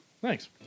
thanks